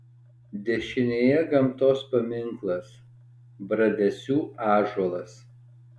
dešinėje gamtos paminklas bradesių ąžuolas